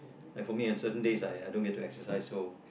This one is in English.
like for me on certain days I I don't get to exercise so